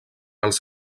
els